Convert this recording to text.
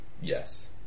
Yes